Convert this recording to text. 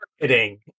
marketing